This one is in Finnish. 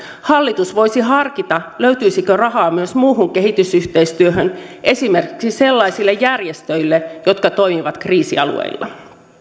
hallitus voisi harkita löytyisikö rahaa myös muuhun kehitysyhteistyöhön esimerkiksi sellaisille järjestöille jotka toimivat kriisialueilla